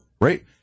Right